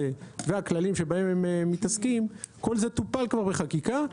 והכללים שבהם הם מתעסקים כל זה טופל כבר בחקיקה,